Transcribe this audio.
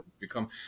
become